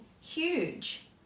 huge